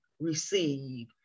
receive